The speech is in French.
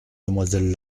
demoiselles